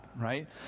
right